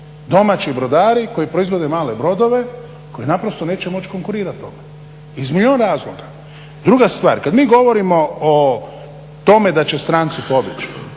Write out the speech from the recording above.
domaći brodari koji proizvode male brodove koji naprosto neće moći konkurirat ovome iz milijun razloga. Druga stvar, kad mi govorimo o tome da će stranci pobjeći,